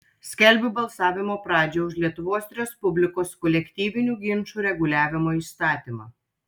skelbiu balsavimo pradžią už lietuvos respublikos kolektyvinių ginčų reguliavimo įstatymą